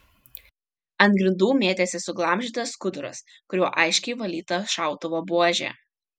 ant grindų mėtėsi suglamžytas skuduras kuriuo aiškiai valyta šautuvo buožė